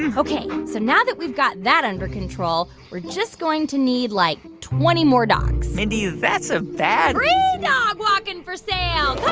and ok, so now that we've got that under control, we're just going to need, like, twenty more dogs mindy, that's a bad. free dog walking for sale.